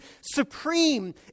supreme